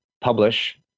publish